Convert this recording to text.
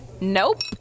Nope